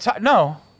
No